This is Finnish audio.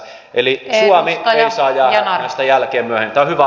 tämä on hyvä askel eteenpäin